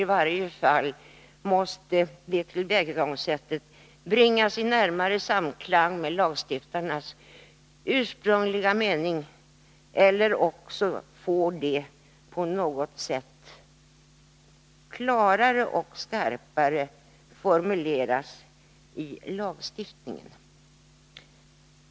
I varje fall måste detta tillvägagångssätt bringas i närmare samklang med lagstiftarnas ursprungliga mening, eller också måste det på något sätt formuleras klarare och skarpare i lagstiftningen.